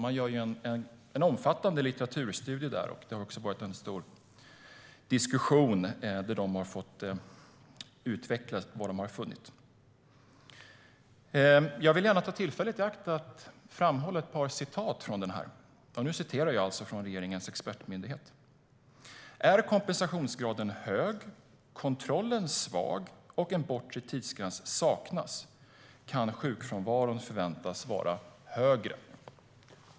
Man gör en omfattande litteraturstudie, och det har också förts en stor diskussion där ISF har fått utveckla vad man har funnit. Låt mig ta tillfället i akt och citera lite ur rapporten: "Är kompensationsgraden hög, kontrollen svag och en bortre tidsgräns saknas kan sjukfrånvaron förväntas vara högre."